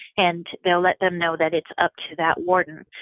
and they'll let them know that it's up to that warden.